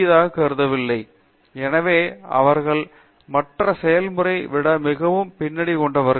பேராசிரியர் அரிந்தமா சிங் எனவே அவர்கள் மற்ற செயல்முறைகளை விட மிகப்பெரிய பின்னணி கொண்டவர்கள்